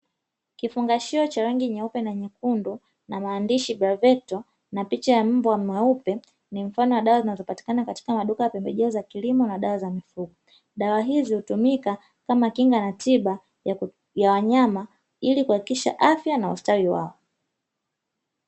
Kifungashio cha rangi nyeupe na nyekundu na maandishi ''Bravecto'', na picha ya mbwa mweupe, ni mfano wa dawa zinazopatikana kwenye maduka ya pembejeo za kilimo na dawa za mifugo. Dawa hizi hutumika kama kinga na tiba ya wanyama, ili kuhakikisha afya na ustawi wao.